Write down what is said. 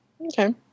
okay